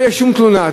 לא תהיה שום תלונה.